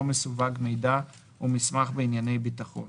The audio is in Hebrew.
מסווג מידע או מסמך בענייני ביטחון,